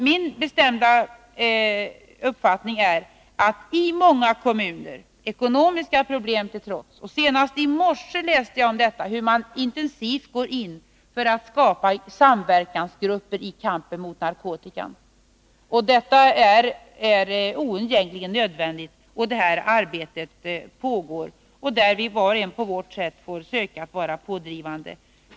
Min bestämda uppfattning är att man, ekonomiska problem till trots, i många kommuner — senast i morse läste jag om detta — intensivt går in för att skapa samverkansgrupper i kampen mot narkotikan. Detta är också oundgängligen nödvändigt. I det arbete som pågår får vi var och en på sitt sätt försöka att vara pådrivande.